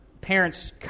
parents